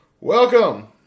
Welcome